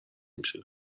میشه